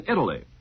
Italy